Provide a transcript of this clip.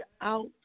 out